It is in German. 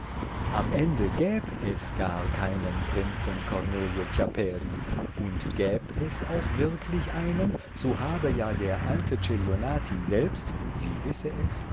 am ende gäb es gar keinen prinzen cornelio chiapperi und gäb es auch wirklich einen so habe ja der alte celionati selbst sie wisse es